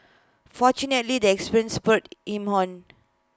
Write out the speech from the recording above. fortunately the experience spurred him on